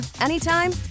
anytime